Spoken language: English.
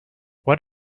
what